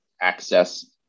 access